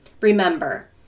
Remember